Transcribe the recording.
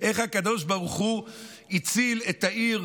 איך הקדוש ברוך הוא הציל את העיר,